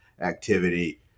activity